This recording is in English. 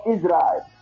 Israel